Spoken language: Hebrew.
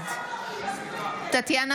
בעד למה חסמת אותי --- הלב?